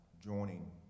joining